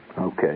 okay